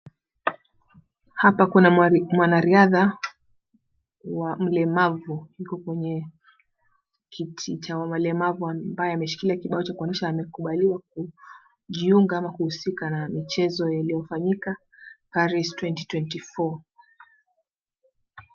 Hapa kuna mwanariadha wa mlemavu yuko kwenye kiti cha walemavu amabaye ameshikilia kibao cha kuonyesha kuwa amekubaliwa kujiunga ama kuhusika na michezo iliyofanyika Paris 2024.